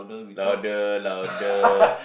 louder louder